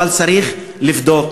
אבל צריך לבדוק